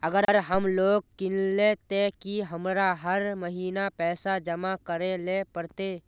अगर हम लोन किनले ते की हमरा हर महीना पैसा जमा करे ले पड़ते?